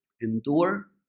endure